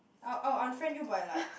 I'll I'll unfriend you by like